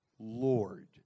Lord